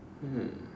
hmm